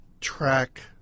track